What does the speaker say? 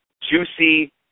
juicy